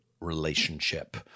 relationship